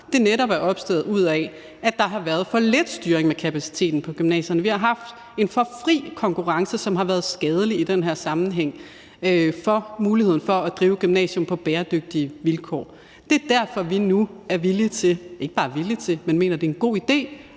– er netop opstået ud af, at der har været for lidt styring med kapaciteten på gymnasierne. Vi har haft en for fri konkurrence, som har været skadelig i den her sammenhæng for muligheden for at drive gymnasium på bæredygtige vilkår. Det er derfor, at vi nu er villige til – ikke bare er villige til, men mener, at det er en god idé